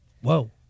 Whoa